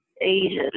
Asian